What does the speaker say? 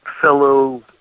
fellow